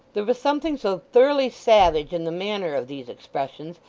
there was something so thoroughly savage in the manner of these expressions,